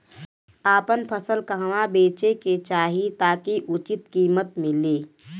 आपन फसल कहवा बेंचे के चाहीं ताकि उचित कीमत मिली?